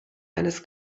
eines